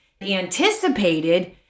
Anticipated